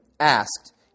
asked